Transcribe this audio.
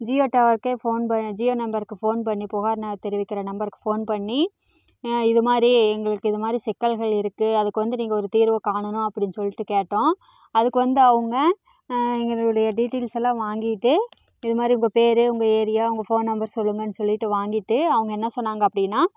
ஜியோ டவருக்கே ஃபோன் ப ஜியோ நம்பருக்கு ஃபோன் பண்ணி புகார்ன்னு தெரிவிக்கிற நம்பருக்கு ஃபோன் பண்ணி இதுமாதிரி எங்களுக்கு இதுமாதிரி சிக்கல்கள் இருக்குது அதுக்கு வந்து நீங்கள் ஒரு தீர்வு காணணும் அப்படி சொல்லிட்டு கேட்டோம் அதுக்கு வந்து அவங்க எங்களுடைய டிட்டையல்ஸ் எல்லாம் வாங்கிக்கிட்டு இதுமாதிரி உங்கள் பேர் உங்கள் ஏரியா உங்கள் ஃபோன் நம்பர் சொல்லுங்க சொல்லிட்டு வாங்கிட்டு அவங்க என்ன சொன்னாங்க அப்படினா